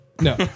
No